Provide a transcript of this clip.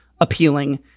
appealing